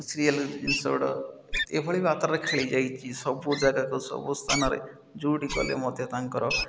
serial ଜିନିଷ ଗୁଡ଼ା ଏଭଳି ରେ ଖେଳି ଯାଇଛି ସବୁ ଜାଗାକୁ ସବୁ ସ୍ଥାନରେ ଯେଉଁଠି ଗଲେ ମୋତେ ତାଙ୍କର